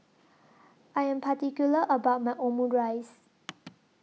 I Am particular about My Omurice